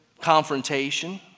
confrontation